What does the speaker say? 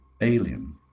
alien